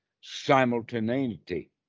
simultaneity